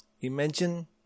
imagine